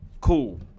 Cool